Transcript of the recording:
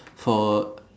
four